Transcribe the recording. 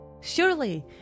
surely